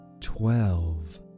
Twelve